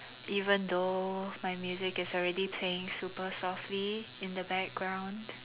even though my music is already playing super softly in the background